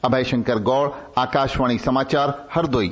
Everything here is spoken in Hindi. अभय शंकर गौड़ आकाशवाणी समाचार हरदोई